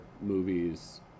movies